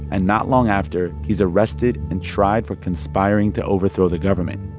and not long after, he's arrested and tried for conspiring to overthrow the government.